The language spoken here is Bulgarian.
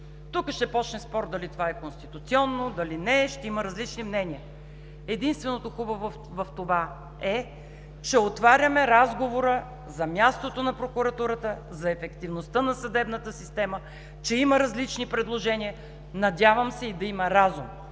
Тук ще започне спор дали това е конституционно, дали не е, ще има различни мнения. Единственото хубаво в това е, че отваряме разговор за мястото на прокуратурата, за ефективността на съдебната система, че има различни предложения, надявам се да има и разум.